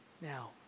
Now